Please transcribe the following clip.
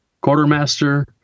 Quartermaster